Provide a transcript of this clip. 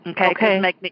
okay